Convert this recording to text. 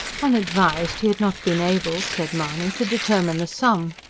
unadvised, he had not been able, said mahony, to determine the sum.